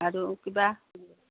আৰু কিবা